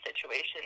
situation